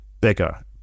bigger